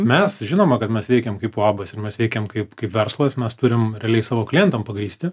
mes žinoma kad mes veikiam kaip uabas ir mes veikiam kaip kaip verslas mes turim realiai savo klientam pagrįsti